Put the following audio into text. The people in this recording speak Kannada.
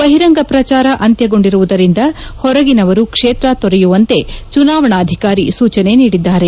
ಬಹಿರಂಗ ಪ್ರಚಾರ ಅಂತ್ಯಗೊಂಡಿರುವುದರಿಂದ ಹೊರಗಿನವರು ಕ್ಷೇತ್ರ ಕೊರೆಯುವಂತೆ ಚುನಾವಣಾಧಿಕಾರಿ ಸೂಚನೆ ನೀಡಿದ್ದಾರೆ